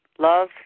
Love